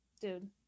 dude